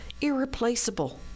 irreplaceable